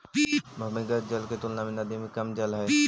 भूमिगत जल के तुलना में नदी में कम जल हई